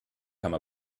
come